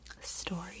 story